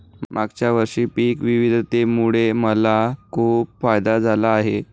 मागच्या वर्षी पिक विविधतेमुळे मला खूप फायदा झाला आहे